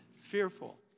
fearful